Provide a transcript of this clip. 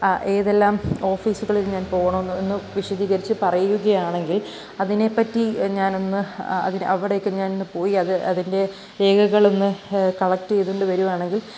ഏതെല്ലാം ഓഫീസുകളിൽ ഞാൻ പോകണമെന്ന് ഒന്ന് വിശദീകരിച്ചു പറയുകയാണെങ്കിൽ അതിനെപ്പറ്റി ഞാൻ ഒന്ന് അവിടെയൊക്കെ ഞാൻ ഒന്ന് പോയി അത് അതിൻ്റെ രേഖകളൊന്ന് കളക്റ്റ് ചെയ്തു കൊണ്ട് വരികയാണെങ്കിൽ